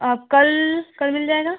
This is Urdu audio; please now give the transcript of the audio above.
آپ کل کل مل جائے گا